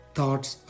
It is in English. Thoughts